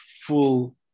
full